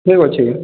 ଠିକ୍ ଅଛି